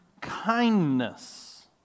kindness